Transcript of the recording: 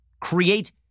create